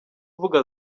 uvuga